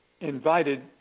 invited